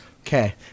Okay